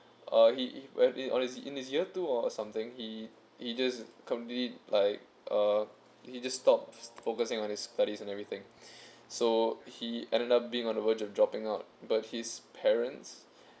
uh he when on his in his year two or something he he just completely like uh he just stopped focusing on his studies and everything so he ended up being on the verge of dropping out but his parents